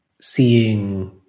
seeing